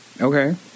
Okay